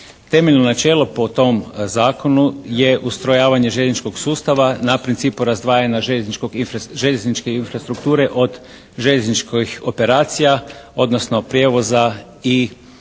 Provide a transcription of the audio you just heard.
Temeljno načelo po tom zakonu je ustrojavanje željezničkog sustava na principu razdvajanja željezničke infrastrukture od željezničkih operacija odnosno prijevoza i vuče